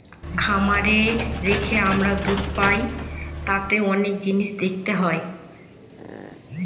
খামারে রেখে আমরা দুধ পাই তাতে অনেক জিনিস দেখতে হয়